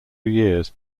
years